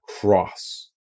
cross